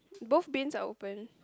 both bins are open